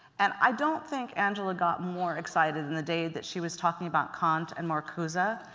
and i don't think angela got more excited than the day that she was talking about kant and marcuse.